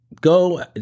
go